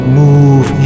move